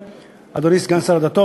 אדוני סגן שר הדתות,